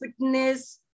fitness